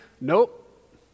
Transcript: Nope